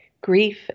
Grief